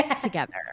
together